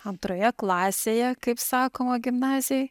antroje klasėje kaip sakoma gimnazijoj